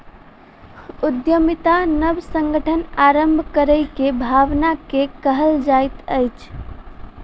उद्यमिता नब संगठन आरम्भ करै के भावना के कहल जाइत अछि